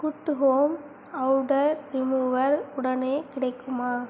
good home odour remover உடனே கிடைக்குமா